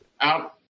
out